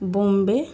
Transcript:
Bombay